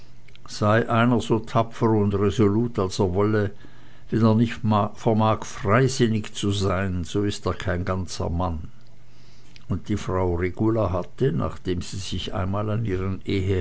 sei einer so tapfer und resolut als er wolle wenn er nicht vermag freisinnig zu sein so ist er kein ganzer mann und die frau regula hatte nachdem sie sich einmal an ihrem